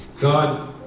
God